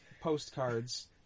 postcards